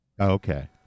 Okay